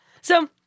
So-